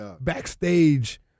Backstage